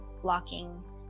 blocking